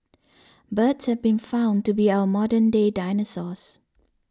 birds have been found to be our modern day dinosaurs